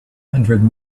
hundred